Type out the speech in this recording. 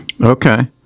Okay